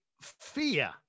fear